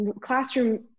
classroom